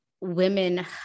women